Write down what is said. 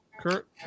kurt